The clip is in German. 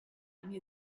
mir